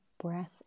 breath